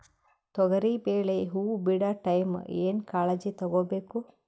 ತೊಗರಿಬೇಳೆ ಹೊವ ಬಿಡ ಟೈಮ್ ಏನ ಕಾಳಜಿ ತಗೋಬೇಕು?